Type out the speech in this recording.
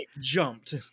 jumped